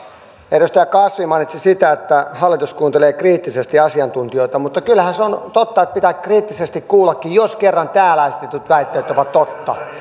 edustaja kasvi mainitsi että hallitus kuuntelee kriittisesti asiantuntijoita mutta kyllähän se on totta että pitää kriittisesti kuullakin jos kerran täällä esitetyt väitteet ovat totta